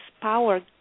power